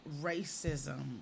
racism